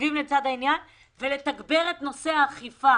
תקציבים לעניין ולתגבר את האכיפה.